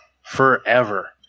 forever